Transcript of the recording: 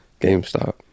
GameStop